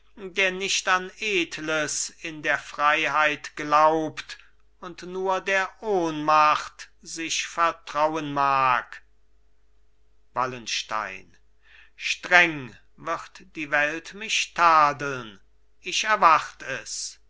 der nicht an edles in der freiheit glaubt und nur der ohnmacht sich vertrauen mag wallenstein streng wird die welt mich tadeln ich erwart es